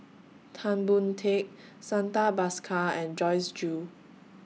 Tan Boon Teik Santha Bhaskar and Joyce Jue